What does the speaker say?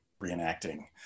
reenacting